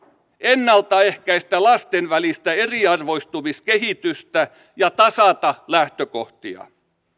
ennalta ehkäistä lasten välistä eriarvoistumiskehitystä ja tasata lähtökohtia